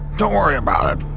don't worry about it,